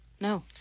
No